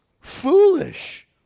foolish